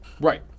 right